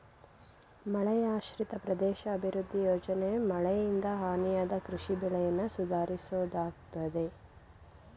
ಮಳೆಯಾಶ್ರಿತ ಪ್ರದೇಶ ಅಭಿವೃದ್ಧಿ ಯೋಜನೆ ಮಳೆಯಿಂದ ಹಾನಿಯಾದ ಕೃಷಿ ಬೆಳೆಯನ್ನ ಸುಧಾರಿಸೋದಾಗಯ್ತೆ